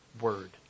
word